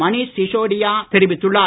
மணீஷ் சிசோடியா தெரிவித்துள்ளார்